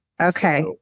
Okay